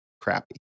crappy